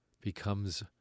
becomes